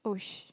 oh sh~